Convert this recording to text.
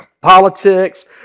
politics